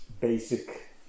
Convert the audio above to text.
basic